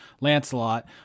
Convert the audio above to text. Lancelot